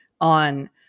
on